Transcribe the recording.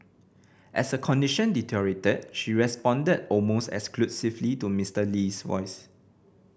as her condition deteriorated she responded almost exclusively to Mister Lee's voice